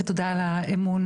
ותודה על האמון.